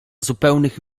zupełnych